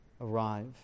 arrive